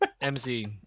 MC